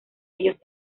ellos